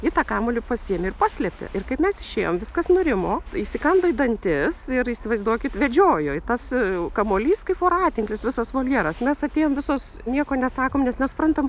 ji tą kamuolį pasiėmė ir paslėpė ir kaip mes išėjom viskas nurimo įsikando į dantis ir įsivaizduokit vedžiojo ir tas kamuolys kaip voratinklis visas voljeras mes atėjom visos nieko nesakom nes nesuprantam